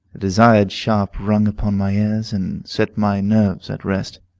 desired sharp rung upon my ears, and set my nerves at rest.